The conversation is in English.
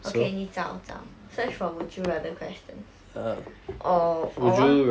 okay 你找找 search for would you rather questions or or wan~